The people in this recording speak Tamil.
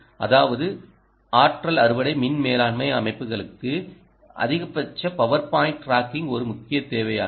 அதாவது ஆற்றல் அறுவடை மின் மேலாண்மை அமைப்புகளுக்கு அதிகபட்ச பவர் பாயிண்ட் டிராக்கிங் ஒரு முக்கிய தேவையாகிறது